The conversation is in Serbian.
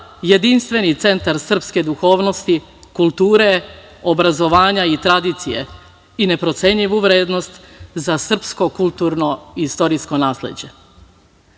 jedinstveni centar srpske duhovnosti, kulture, obrazovanja i tradicije i neprocenjivu vrednost za srpsko kulturno i istorijsko